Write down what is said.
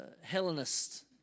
Hellenist